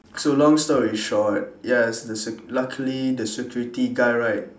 so long story short ya s~ s~ luckily the security guy right